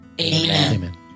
Amen